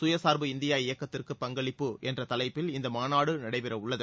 சுயசார்பு இந்தியா இயக்கத்திற்கு பங்களிப்பு என்றதலைப்பில் இந்தமாநாடுநடைபெறவுள்ளது